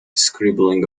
scribbling